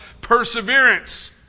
perseverance